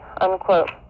unquote